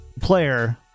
player